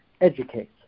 educate